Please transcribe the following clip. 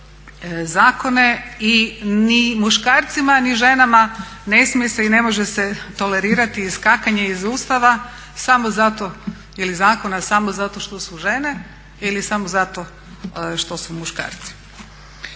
I ni muškarcima ni ženama ne smije se i ne može se tolerirati iskakanje iz Ustava ili zakona samo zato što su žene ili samo zato što su muškarci.